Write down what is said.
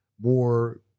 more